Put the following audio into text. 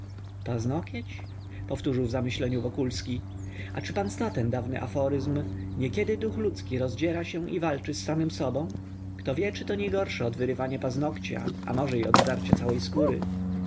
paznogieć powtórzył w zamyśleniu wokulski a czy pan zna ten dawny aforyzm niekiedy duch ludzki rozdziera się i walczy z samym sobą kto wie czyto niegorsze od wyrwania paznogcia a może i od zdarcia całej skóry